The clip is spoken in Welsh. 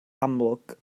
amlwg